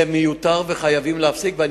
זה מיותר וחייבים להפסיק את זה.